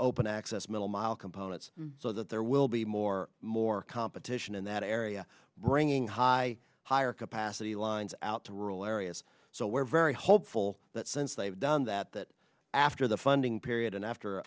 open access middle model components so that there will be more more competition in that area bringing high higher capacity lines out to rural areas so we're very hopeful that since they've done that that after the funding period and after